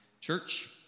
church